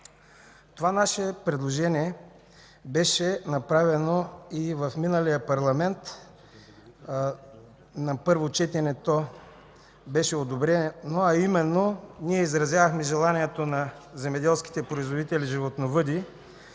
Това наше предложение беше направено и в миналия парламент. На първо четене то беше одобрено, а именно – ние изразявахме желанието на земеделските производители – животновъди,